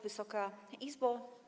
Wysoka Izbo!